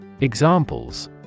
Examples